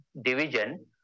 division